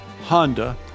Honda